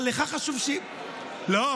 הרי לך חשוב, אתם מורחים.